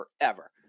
forever